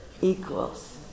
equals